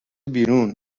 بیرون